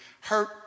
hurt